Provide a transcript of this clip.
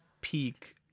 peak